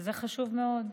וזה חשוב מאוד,